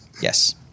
Yes